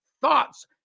thoughts